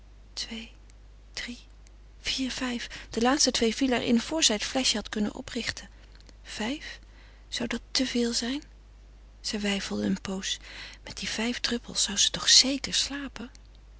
twee drie vier vijf de twee laatste vielen er in voor zij het fleschje had kunnen oprichten vijf zou dat te veel zijn zij weifelde een pooze met die vijf druppels zou ze toch zeker slapen